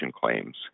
claims